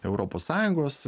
europos sąjungos